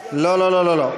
לא, לא, לא.